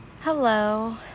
hello